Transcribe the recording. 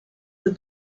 that